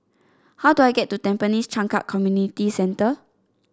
how do I get to Tampines Changkat Community Centre